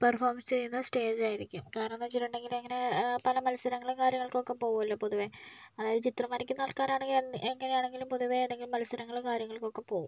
performance ചെയ്യുന്ന സ്റ്റേജായിരിക്കും കാരണമെന്താന്ന് വെച്ചിട്ടുണ്ടെങ്കില് ഇങ്ങനെ പല മത്സരങ്ങള് കാര്യങ്ങൾക്കൊക്കെ പോകുമല്ലോ പൊതുവേ അതായത് ചിത്രം വരയ്ക്കുന്ന ആൾക്കാരാണെങ്കിൽ എൻ എങ്ങനെയാണെങ്കിലും പൊതുവേ എന്തെങ്കിലും മത്സരങ്ങള് കാര്യങ്ങൾക്കൊക്കെ പോകും